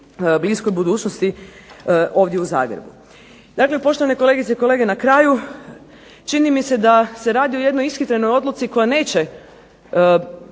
bliskoj budućnosti ovdje u Zagrebu. Dakle poštovane kolegice i kolege, na kraju, čini mi se da radi o jednoj ishitrenoj odluci koja neće